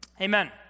Amen